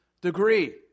degree